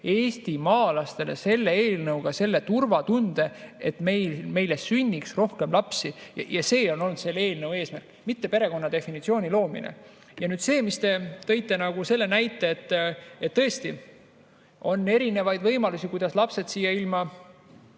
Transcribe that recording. eestimaalastele selle eelnõuga turvatunde, et meil sünniks rohkem lapsi. See on olnud selle eelnõu eesmärk, mitte perekonna definitsiooni loomine. Ja see näide, mis te tõite, tõesti on erinevaid võimalusi, kuidas lapsed siia ilma